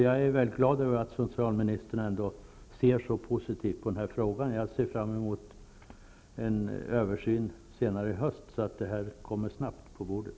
Jag är mycket glad över att socialministern ser så positivt på denna fråga. Jag ser fram emot en översyn senare i höst och att resultatet av den snabbt kommer på bordet.